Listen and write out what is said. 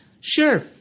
Sure